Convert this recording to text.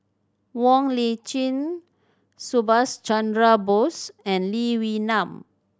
Wong Lip Chin Subhas Chandra Bose and Lee Wee Nam